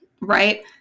right